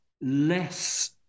less